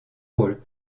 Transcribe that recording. rôles